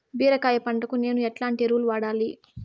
బీరకాయ పంటకు నేను ఎట్లాంటి ఎరువులు వాడాలి?